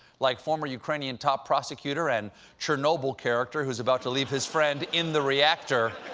like former ukrainian top prosecutor and chernobyl character who's about to leave his friend in the reactor